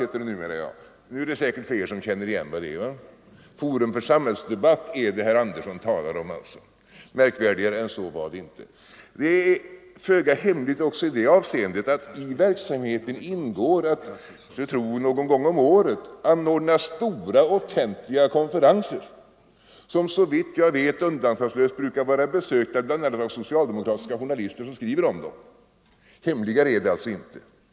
Nu är det säkert flera som känner igen vad det är för organisation! Forum för samhällsdebatt är det alltså som herr Andersson talar om. Märkvärdigare än så var det inte. Organisationen är föga hemlig också i det avseendet att i verksamheten ingår att, skulle jag tro, någon gång om året anordna stora offentliga konferenser som, såvitt jag vet, undantagslöst brukar vara besökta bl.a. av socialdemokratiska journalister, som skriver om dem. Hemligare än så är det alltså inte!